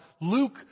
Luke